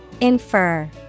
Infer